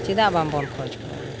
ᱪᱮᱫᱟᱜ ᱵᱟᱝᱵᱚᱱ ᱠᱷᱚᱡᱽ ᱠᱚᱣᱟ